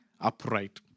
upright